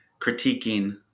critiquing